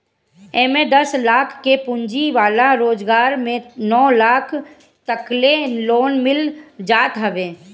एमे दस लाख के पूंजी वाला रोजगार में नौ लाख तकले लोन मिल जात हवे